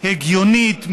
הגיונית,